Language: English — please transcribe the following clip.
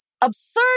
Absurd